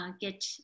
get